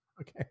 Okay